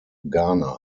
ghana